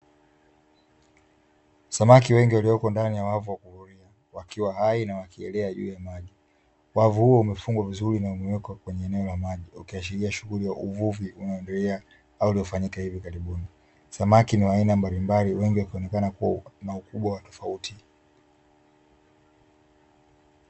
Samaki wengi walioko ndani ya wavu wa kuvulia, wakiwa hai na wakielea juu ya maji. Wavu huo umefungwa vizuri na umewekwa kwenye eneo la maji, ukiashiria shughuli ya uvuvi unaoendelea au uliofanyika hivi karibuni. Samaki ni wa aina mbalimbali, wengi wakionekana kuwa na ukubwa wa tofauti.